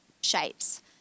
shapes